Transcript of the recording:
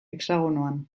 hexagonoan